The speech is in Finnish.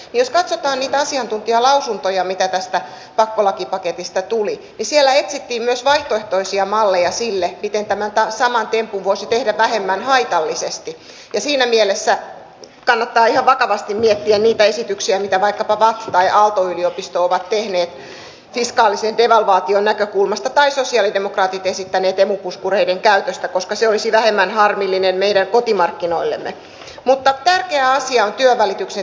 mutta nyt pitää ymmärtää semmoinen asia että meillä ovat sosiaaliturvajärjestelmän rakenteet äärettömän ongelmalliset ja se ainoa keino minkä minä ministerinä näen on se että me käymme sen järjestelmän pala palalta läpi ja nimenomaan etsimme sieltä sellaisia kestäviä ratkaisuja jotta meidän ei tarvitse tehdä tällaisia juustohöyläleikkauksia koska ne ovat kaikista kipeimpiä ne ovat kaikista vaikeimpia